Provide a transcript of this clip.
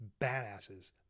badasses